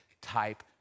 type